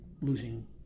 losing